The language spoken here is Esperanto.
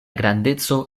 grandeco